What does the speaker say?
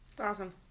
Awesome